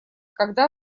когда